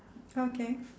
okay